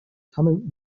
thummim